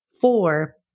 four